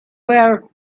were